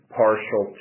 partial